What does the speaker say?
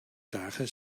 dagen